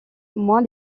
moins